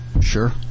Sure